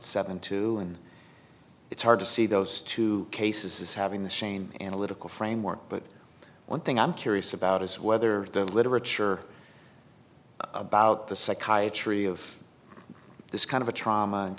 seven two and it's hard to see those two cases is having the same analytical framework but one thing i'm curious about is whether the literature about the psychiatry of this kind of a trauma